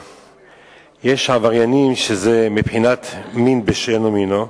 יש עבריינים שזה מבחינת מין בשאינו מינו,